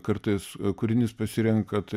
kartais kūrinys pasirenkat